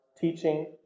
teaching